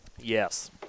Yes